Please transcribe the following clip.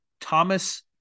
Thomas